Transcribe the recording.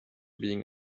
being